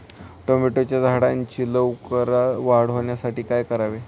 टोमॅटोच्या झाडांची लवकर वाढ होण्यासाठी काय करावे?